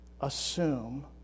Assume